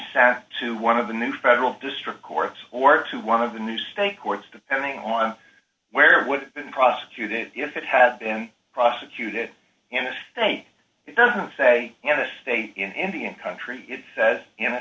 sad to one of the new federal district courts or to one of the new state courts depending on where it would have been prosecuted if it had been prosecuted in the state it doesn't say the state in indian country it says in a